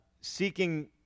seeking